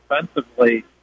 defensively